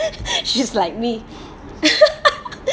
she is like me